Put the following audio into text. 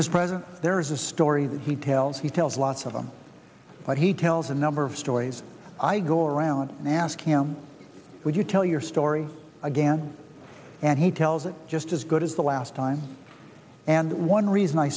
his presence there is a story that he tells he tells lots of them but he tells a number of stories i go around and ask him would you tell your story again and he tells it just as good as the last time and one reason i